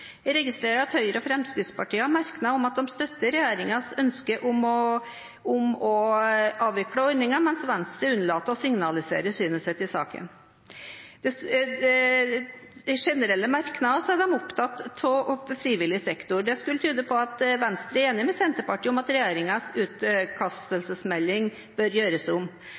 Jeg registrerer at Høyre og Fremskrittspartiet har en merknad om at de støtter regjeringens ønske om å avvikle ordningen, mens Venstre unnlater å signalisere synet sitt i saken. I generelle merknader er de opptatt av frivillig sektor. Det skulle tyde på at Venstre er enig med Senterpartiet i at regjeringens utkastelsesmelding bør gjøres om.